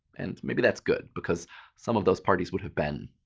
and maybe that's good, because some of those parties would have been,